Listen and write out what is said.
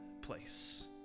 place